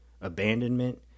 abandonment